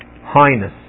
Highness